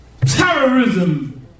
Terrorism